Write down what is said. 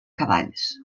cavalls